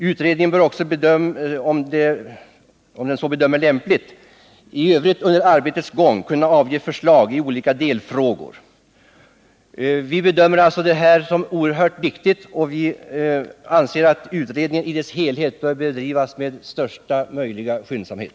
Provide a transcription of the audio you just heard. Utredningen bör också, om den så bedömer lämpligt, i övrigt under arbetets gång kunna avge förslag i olika delfrågor. Vi bedömer alltså det här som oerhört viktigt, och vi anser att utredningen i sin helhet bör bedrivas med största möjliga skyndsamhet.